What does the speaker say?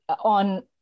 on